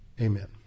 Amen